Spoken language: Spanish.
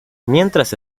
mientras